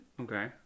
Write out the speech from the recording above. Okay